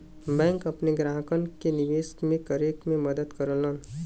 bank अपने ग्राहकन के निवेश करे में मदद करलन